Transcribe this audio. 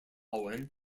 wen